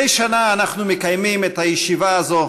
מדי שנה אנחנו מקיימים את הישיבה הזו